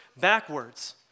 backwards